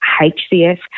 HCS